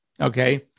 okay